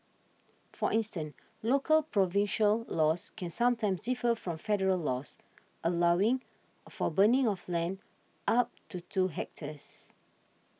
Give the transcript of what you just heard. for instance local provincial laws can sometimes differ from federal laws allowing for burning of land up to two hectares